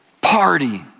Party